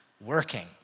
working